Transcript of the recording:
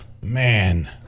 Man